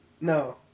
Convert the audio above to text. No